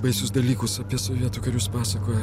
baisius dalykus apie sovietų karius pasakoja